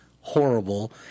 horrible